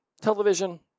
television